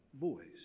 voice